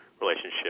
relationship